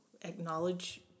acknowledge